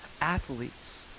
athletes